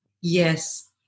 Yes